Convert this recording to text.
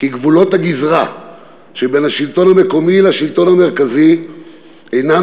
שגבולות הגזרה שבין השלטון המקומי לשלטון המרכזי אינם